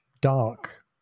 dark